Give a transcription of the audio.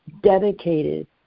dedicated